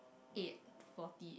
eight forty